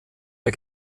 der